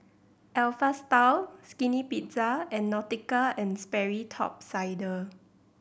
Alpha Style Skinny Pizza and Nautica and Sperry Top Sider